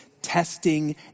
Testing